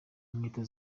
inkweto